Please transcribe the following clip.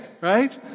right